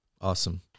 Awesome